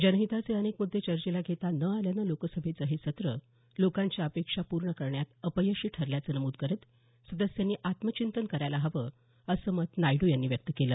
जनहिताचे अनेक मुद्दे चर्चेला घेता न आल्यानं राज्यसभेचं हे सत्र लोकांच्या अपेक्षा पूर्ण करण्यात अपयशी ठरल्याचं नमूद करत सदस्यांनी आत्मचिंतन करायला हवं असं मत नायड्र यांनी व्यक्त केलं